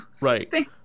Right